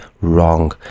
Wrong